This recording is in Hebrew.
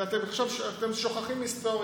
אתם שוכחים היסטוריה.